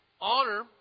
Honor